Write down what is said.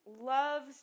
loves